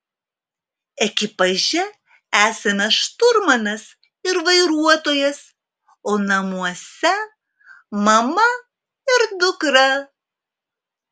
ekipaže esame šturmanas ir vairuotojas o namuose mama ir dukra